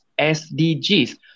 SDGs